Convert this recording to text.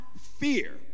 fear